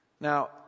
Now